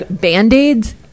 Band-Aids